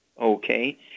Okay